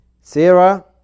Sarah